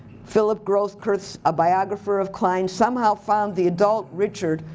phillip groth kurth, a biographer of klein, somehow found the adult richard,